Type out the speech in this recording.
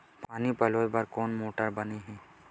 पानी पलोय बर कोन मोटर बने हे?